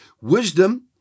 Wisdom